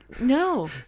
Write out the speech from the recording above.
no